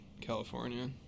California